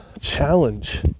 challenge